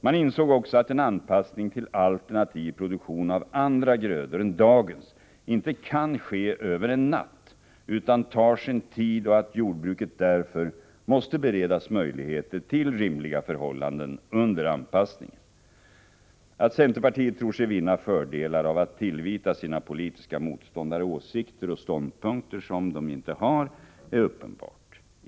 Man insåg att en anpassning till alternativ produktion av andra grödor än dagens inte kan ske över en natt, utan tar sin tid och att jorbruket därför måste beredas möjligheter till rimliga förhållanden under anpassningen. Att centerpartiet tror sig vinna fördelar av att tillvita sina politiska motståndare åsikter och ståndpunkter som dom inte har är uppenbart.